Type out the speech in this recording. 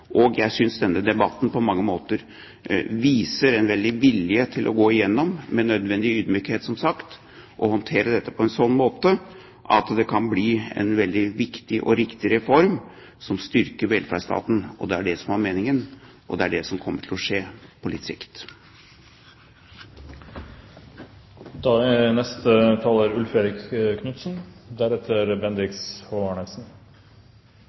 gjort. Jeg synes denne debatten på mange måter viser en stor vilje til å gå gjennom dette – med nødvendig ydmykhet, som sagt – og håndtere dette på en slik måte at det kan bli en veldig viktig og riktig reform som styrker velferdsstaten. Det er det som var meningen, og det er det som kommer til å skje, på litt sikt. Jeg må tilstå at jeg er